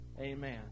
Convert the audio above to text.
amen